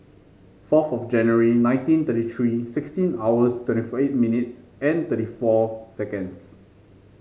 fourth of January nineteen thirty three sixteen hours twenty eight minutes and thirty four seconds